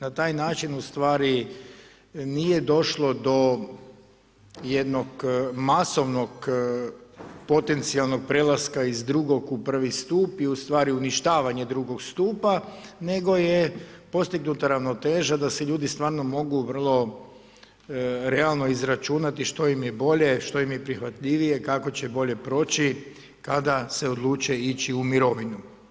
Na taj način u stvari nije došlo do jednog masovnog potencijalnog prelaska iz drugog u prvi stup i ustvari uništavanje drugog stupa, nego je postignuta ravnoteža da se ljudi stvarno mogu vrlo realno izračunati što im je bolje, što im je prihvatljivije, kako će bolje proći kada se odluče ići u mirovinu.